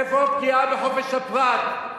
איפה הפגיעה בחופש הפרט?